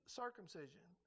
circumcision